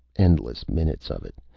endless minutes of it,